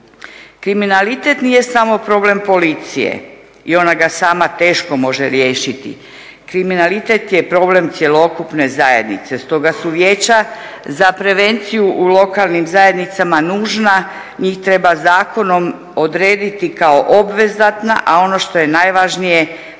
Kriminalitet nije samo problem policije i ona ga sama teško može riješiti, kriminalitet je problem cjelokupne zajednice. Stoga su Vijeća za prevenciju u lokalnim zajednicama nužna, njih treba zakonom odrediti kao obvezatna, a ono što je najvažnije